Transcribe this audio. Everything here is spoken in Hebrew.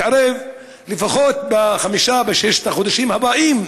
לפחות בחמשת או בששת החודשים הבאים,